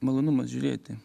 malonumas žiūrėti